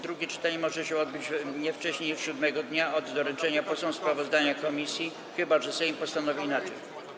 Drugie czytanie może się odbyć nie wcześniej niż siódmego dnia od doręczenia posłom sprawozdania komisji, chyba że Sejm postanowi inaczej.